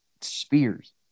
spears